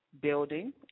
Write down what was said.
building